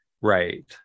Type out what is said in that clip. Right